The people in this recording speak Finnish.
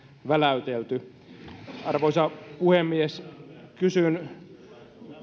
väläytelty arvoisa puhemies kysyn